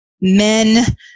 men